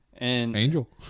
Angel